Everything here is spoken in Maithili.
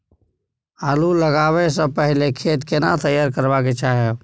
आलू लगाबै स पहिले खेत केना तैयार करबा के चाहय?